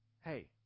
hey